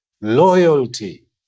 loyalty